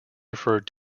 referred